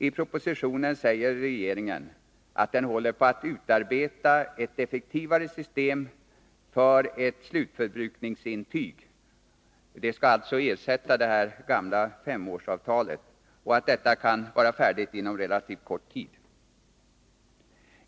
I propositionen säger regeringen att den håller på att utarbeta ett effektivare system med slutförbrukningsintyg-— som alltså skall ersätta de gamla femårsavtalen — och att detta kan vara färdigt inom relativt kort tid.